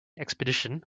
expedition